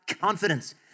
confidence